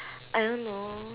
I don't know